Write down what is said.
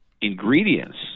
ingredients